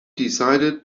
decided